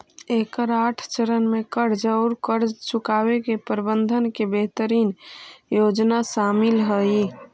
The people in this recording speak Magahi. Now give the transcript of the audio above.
एकर आठ चरण में कर्ज औउर कर्ज चुकावे के प्रबंधन के बेहतरीन योजना शामिल हई